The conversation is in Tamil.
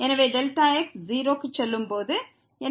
எனவே Δx 0 க்கு செல்லும் போது